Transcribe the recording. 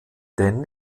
denn